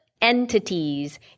entities